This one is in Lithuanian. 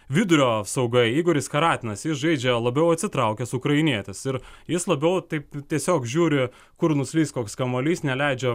vidurio saugai igoris karatinas jis žaidžia labiau atsitraukęs ukrainietis ir jis labiau taip tiesiog žiūri kur nuslys koks kamuolys neleidžia